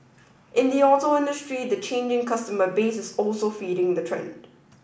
in the auto industry the changing customer base is also feeding the trend